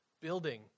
building